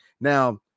Now